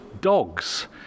dogs